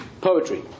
poetry